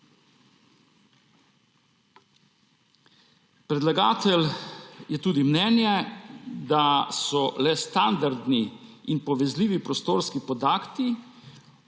Predlagatelj je tudi mnenja, da bodo le standardni in povezljivi prostorski podatki